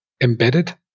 embedded